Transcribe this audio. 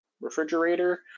refrigerator